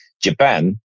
Japan